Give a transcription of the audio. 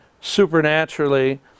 supernaturally